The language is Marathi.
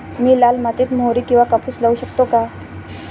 मी लाल मातीत मोहरी किंवा कापूस लावू शकतो का?